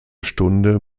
stunde